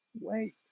Wait